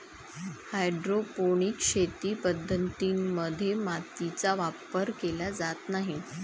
hydroponic शेती पद्धतीं मध्ये मातीचा वापर केला जात नाही